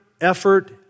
effort